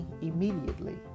immediately